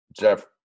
Jeff